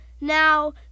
Now